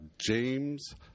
James